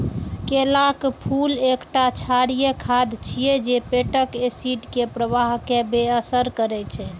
केलाक फूल एकटा क्षारीय खाद्य छियै जे पेटक एसिड के प्रवाह कें बेअसर करै छै